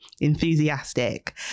enthusiastic